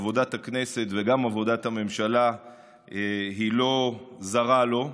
עבודת הכנסת וגם עבודת הממשלה לא זרה לו.